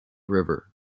river